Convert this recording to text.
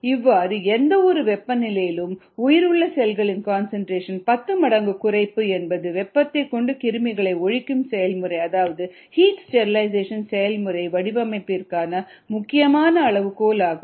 இவ்வாறு எந்தவொரு வெப்பநிலையிலும் உயிருள்ள செல்களின் கன்சன்ட்ரேஷன் 10 மடங்கு குறைப்பு என்பது வெப்பத்தைக் கொண்டு கிருமிகளை ஒழிக்கும் செயல்முறை அதாவது ஹீட் ஸ்டெரிலைசேஷன் செயல்முறை வடிவமைப்பிற்கான முக்கியமான அளவுகோலாகும்